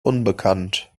unbekannt